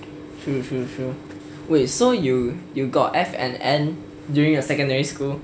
true true true wait so you you got F&N during your secondary school